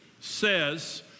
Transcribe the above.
says